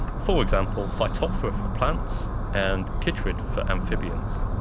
for example phytophthora for plants and chytrid for amphibians.